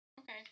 Okay